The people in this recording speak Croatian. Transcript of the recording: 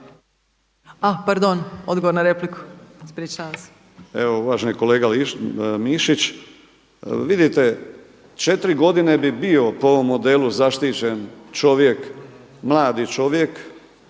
(Promijenimo Hrvatsku)** Evo uvaženi kolega Mišić, vidite, 4 godine bi bio po ovom modelu zaštićen čovjek mladi čovjek,